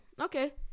okay